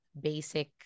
basic